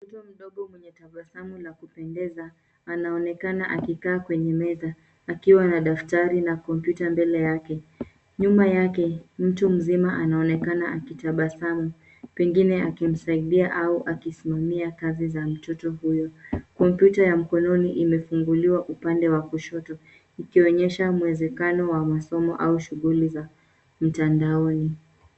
Mtoto mdogo mwenye tabasamu la kupendeza anaonekana akikaa kwenye meza akiwa na daftari na kompyuta mbele yake. Nyuma yake, mtu mzima anaonekana akitabasamu pengine akimsaidia au akisimamia kazi za mtoto huyo. Kompyuta ya mkononi imefunguliwa upande wa kushoto, ikionyesha mwezekano wa masomo au shughuli za mtandaoni.